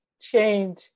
change